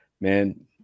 man